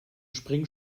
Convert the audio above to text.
spring